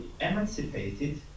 emancipated